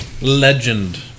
Legend